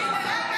אם הם ליד